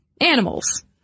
animals